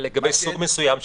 אלא לאזן.